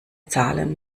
zahlen